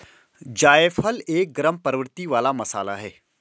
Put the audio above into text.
जायफल एक गरम प्रवृत्ति वाला मसाला है